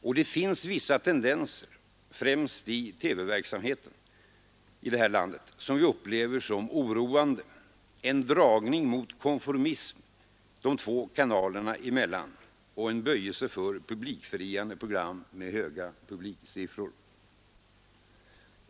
Och det finns vissa tendenser, främst i TV-verksamheten i det här landet, som vi upplever som oroande — en dragning mot konformism de två kanalerna emellan och en böjelse för publikfriande program med höga publiksiffror.